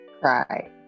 Cry